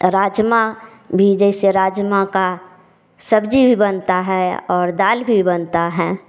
राजमा भी जैसे राजमा का सब्जी भी बनता है और दाल भी बनता है